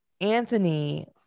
Anthony